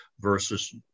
versus